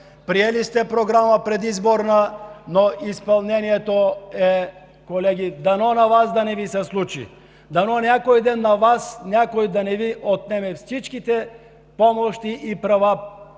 приели сте предизборна програма, но изпълнението ѝ колеги – дано на Вас да не Ви се случи. Дано някой ден на Вас някой да не Ви отнеме всичките помощи и права